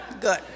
Good